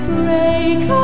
break